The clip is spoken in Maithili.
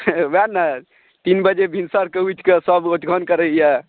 ओएह ने तीन बजे भीनसर कऽ उठि कऽ सब ओठगनि करैया